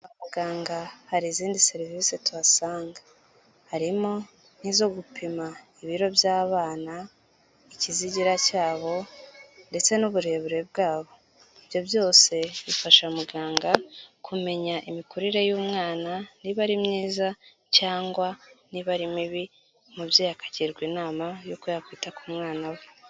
Kwa muganga hari izindi serivisi tuhasanga, harimo nk'izo gupima ibiro by'abana, ikizigira cyabo ndetse n'uburebure bwabo. Ibyo byose bifasha muganga kumenya imikurire y'umwana niba ari myiza cyangwa niba ari mibi umubyeyi akagirwa inama y'uko yakwita ku mwana we.